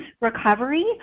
recovery